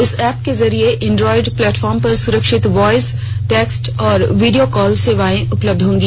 इस ऐप के जरिए एंड्रॉएड प्लेटफॉर्म पर सुरक्षित वॉयस टैक्सट और वीडियो कॉल सेवाएं उपलब्ध होंगी